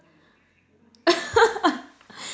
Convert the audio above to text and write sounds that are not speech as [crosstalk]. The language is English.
[laughs]